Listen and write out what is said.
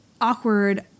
awkward